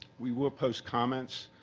we will post comments